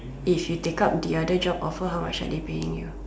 you should take up the other job offer how much are they paying you